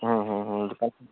দোকানখন